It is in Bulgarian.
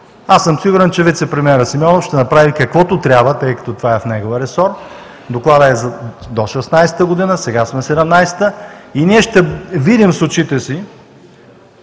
Аз съм сигурен, че вицепремиерът Симеонов ще направи каквото трябва, тъй като това е в неговия ресор. Докладът е до 2016 г., сега сме 2017 г. и ние ще видим с очите си,